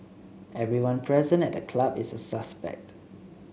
everyone present at the club is a suspect